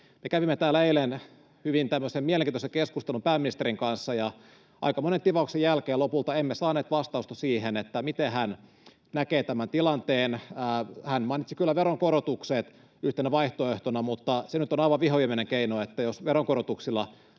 Me kävimme täällä eilen hyvin mielenkiintoisen keskustelun pääministerin kanssa, ja aika monen tivauksen jälkeen lopulta emme saaneet vastausta siihen, miten hän näkee tämän tilanteen. Hän mainitsi kyllä veronkorotukset yhtenä vaihtoehtona, mutta se nyt on aivan vihonviimeinen keino. Jos veronkorotuksilla